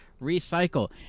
Recycle